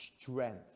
strength